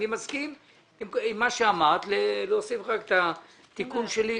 אני מסכים עם מה שאמרת, רק להוסיף את התיקון שלי.